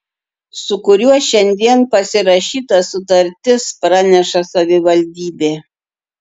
su kuriuo šiandien pasirašyta sutartis praneša savivaldybė